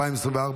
התשפ"ה 2024,